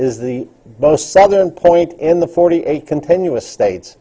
is the most southern point in the forty eight continuous states